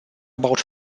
about